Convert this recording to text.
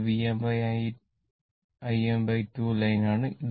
ഇത് Vm Im2 line ആണ്